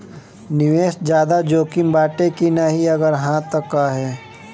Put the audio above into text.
निवेस ज्यादा जोकिम बाटे कि नाहीं अगर हा तह काहे?